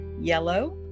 yellow